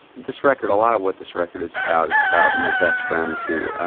this record, a lot of what this record is about is about my best friend who